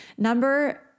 Number